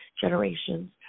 generations